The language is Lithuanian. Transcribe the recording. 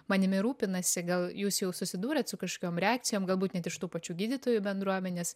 manimi rūpinasi gal jūs jau susidūrėt su kažkokiom reakcijom galbūt net iš tų pačių gydytojų bendruomenės